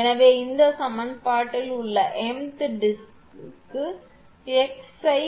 எனவே இந்த சமன்பாட்டில் உள்ள m th டிஸ்கிக்கு x ஐ